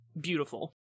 beautiful